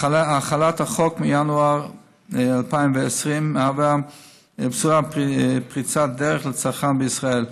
החלת החוק מינואר 2020 מהווה בשורה ופריצת דרך לצרכן בישראל.